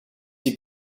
die